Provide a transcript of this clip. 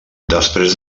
després